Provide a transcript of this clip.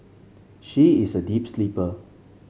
she is a deep sleeper